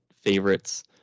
favorites